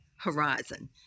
horizon